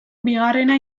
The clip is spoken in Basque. bigarrena